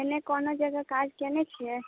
पहिने कोनो जगह काज कयने छियै